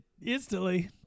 instantly